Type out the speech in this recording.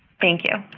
thank you.